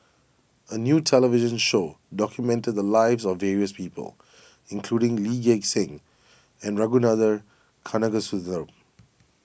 a new television show documented the lives of various people including Lee Gek Seng and Ragunathar Kanagasuntheram